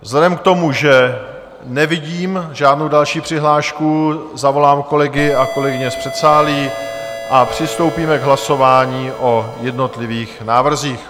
Vzhledem k tomu, že nevidím žádnou další přihlášku, zavolám kolegy a kolegyně z předsálí a přistoupíme k hlasování o jednotlivých návrzích.